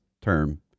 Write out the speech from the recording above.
term